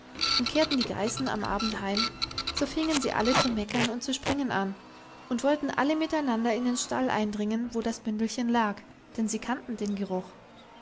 und kehrten die geißen am abend heim so fingen sie alle zu meckern und zu springen an und wollten alle miteinander in den stall eindringen wo das bündelchen lag denn sie kannten den geruch